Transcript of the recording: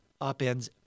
upends